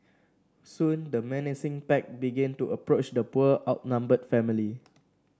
soon the menacing pack began to approach the poor outnumbered family